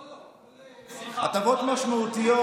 לא, ראש הממשלה צריך להקשיב